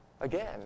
again